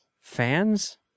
Fans